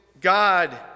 God